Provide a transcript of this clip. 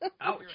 Ouch